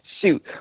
Shoot